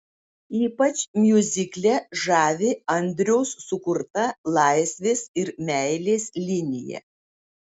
ypač miuzikle žavi andriaus sukurta laisvės ir meilės linija